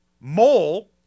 mole